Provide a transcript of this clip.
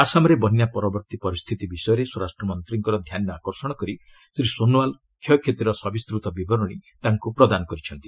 ଆସାମରେ ବନ୍ୟା ପରବର୍ତ୍ତୀ ପରିସ୍ଥିତି ବିଷୟରେ ସ୍ୱରାଷ୍ଟ୍ର ମନ୍ତ୍ରୀଙ୍କ ଧ୍ୟାନ ଆକର୍ଷଣ କରି ଶ୍ରୀ ସୋନୁଓ୍ୱାଲ୍ କ୍ଷୟକ୍ଷତିର ସବିସ୍ତୃତ ବିବରଣୀ ତାଙ୍କୁ ପ୍ରଦାନ କରିଛନ୍ତି